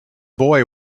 boy